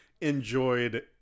enjoyed